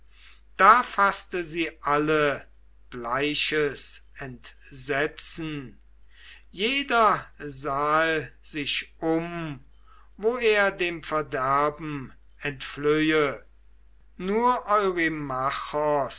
da faßte sie alle bleiches entsetzen jeder sahe sich um wo er dem verderben entflöhe nur